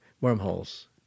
wormholes